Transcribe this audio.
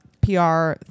PR